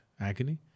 agony